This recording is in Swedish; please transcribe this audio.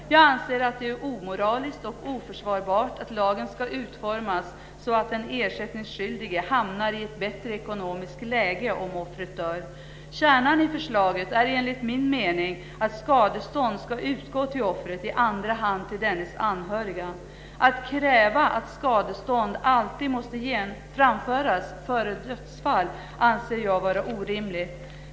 Jag anser att det är omoraliskt och oförsvarbart att lagen ska utformas så att den ersättningsskyldige hamnar i ett bättre ekonomiskt läge om offret dör. Kärnan i förslaget är enligt min mening att skadestånd ska utgå till offret, i andra hand till dennes anhöriga. Att krav på skadestånd alltid måste framföras före dödsfall anser jag vara orimligt.